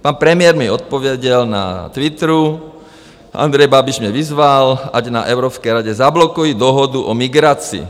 Pan premiér mi odpověděl na Twitteru: Andrej Babiš mě vyzval, ať na Evropské radě zablokuji dohodu o migraci.